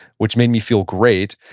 which made me feel great.